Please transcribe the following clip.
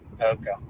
Okay